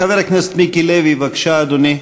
חבר הכנסת מיקי לוי, בבקשה, אדוני.